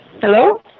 Hello